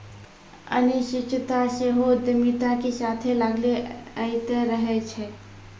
अनिश्चितता सेहो उद्यमिता के साथे लागले अयतें रहै छै